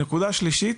נקודה שלישית.